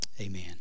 amen